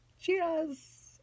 Cheers